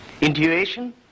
Intuition